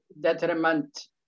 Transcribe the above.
detriment